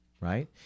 right